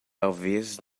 talvez